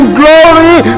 glory